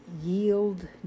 yield